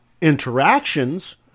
interactions